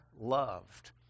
loved